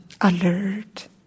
alert